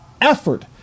effort